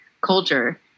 culture